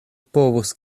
povus